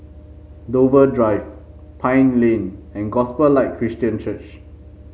Dover Drive Pine Lane and Gospel Light Christian Church